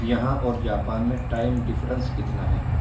یہاں اور جاپان میں ٹائم ڈفرنس کتنا ہے